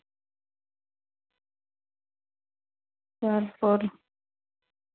ᱛᱟᱨᱯᱚᱨ